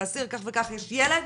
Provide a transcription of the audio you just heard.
לאסיר כך וכך יש ילד,